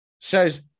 says